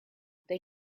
they